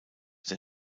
der